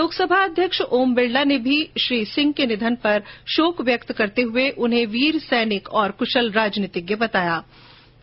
लोकसभा अध्यक्ष ओम बिरला ने भी श्री सिंह के निधन पर शोक व्यक्त करते हुए उन्हें वीर सैनिक और कुशल राजनीतिज्ञ बताया है